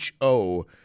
HO